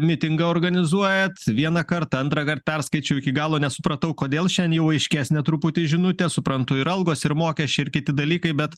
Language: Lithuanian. mitingą organizuojat vienąkart antrąkart perskaičiau iki galo nesupratau kodėl šiandien jau aiškesnė truputį žinutė suprantu ir algos ir mokesčiai ir kiti dalykai bet